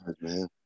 man